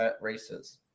races